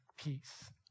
peace